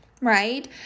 right